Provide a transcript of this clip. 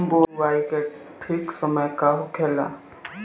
बुआई के ठीक समय का होला?